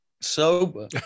sober